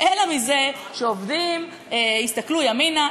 אלא מזה שעובדים הסתכלו ימינה,